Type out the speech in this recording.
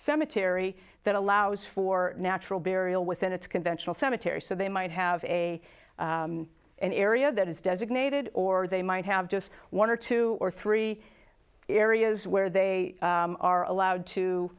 cemetery that allows for natural burial within its conventional cemetery so they might have a an area that is designated or they might have just one or two or three areas where they are allowed to